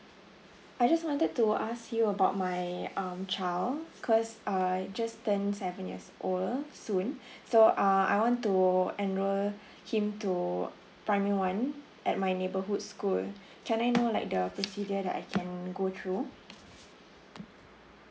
I just wanted to ask you about my um child because err he just turned seven years old soon so uh I want to enroll him to primary one at my neighbourhood school can I know like the procedure that I can go through